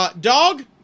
Dog